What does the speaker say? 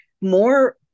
More